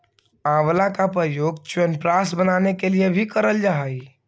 आंवला का प्रयोग च्यवनप्राश बनाने के लिए भी करल जा हई